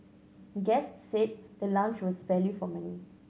guests said the lounge was value for money